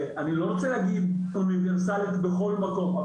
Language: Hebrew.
אני לא רוצה להגיד אוניברסלית בכל מקום,